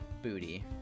booty